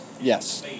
Yes